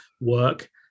work